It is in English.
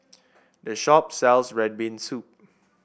this shop sells red bean soup